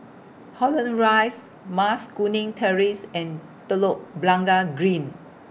Holland Rise Mas Kuning Terrace and Telok Blangah Green